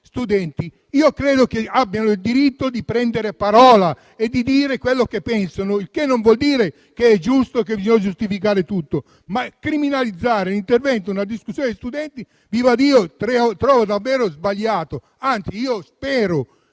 studenti. Credo che abbiano il diritto di prendere la parola e dire quello che pensano: il che non vuol dire che sia giusto e bisogni giustificare tutto, ma criminalizzare l'intervento in una discussione di studenti lo trovo davvero sbagliato. Anzi, mi auguro